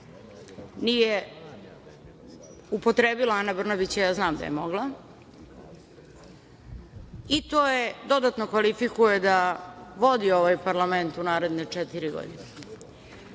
nije upotrebila Ana Brnabić, ja znam da je mogla. I to je dodatno kvalifikuje da vodi ovaj parlament u ove četiri godine. Ono